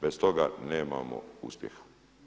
Bez toga nemamo uspjeha.